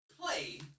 play